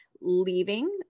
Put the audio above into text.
leaving